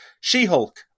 She-Hulk